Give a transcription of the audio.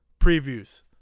previews